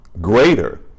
Greater